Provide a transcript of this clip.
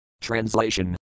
Translation